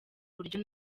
buryo